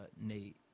Nate